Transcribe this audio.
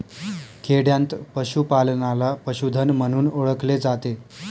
खेडयांत पशूपालनाला पशुधन म्हणून ओळखले जाते